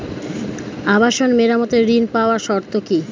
আবাসন মেরামতের ঋণ পাওয়ার শর্ত কি?